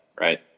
Right